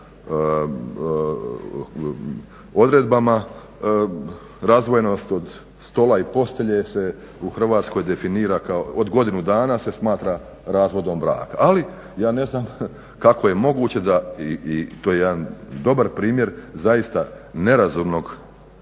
odredbama razvojnost od stola i postelje se u Hrvatskoj definira kao od godinu dana se smatra razvodom braka ali ja ne znam kako je moguće da i to je jedan dobar primjer zaista nerazumnog